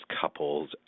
couples